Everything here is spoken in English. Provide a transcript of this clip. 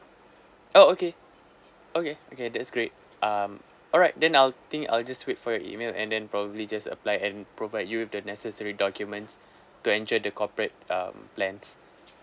oh okay okay okay that's great um alright then I'll think I'll just wait for your email and then probably just apply and provide you with the necessary documents to enjoy the corporate um plans